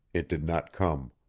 it did not come.